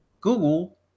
Google